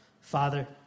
Father